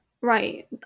Right